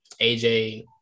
aj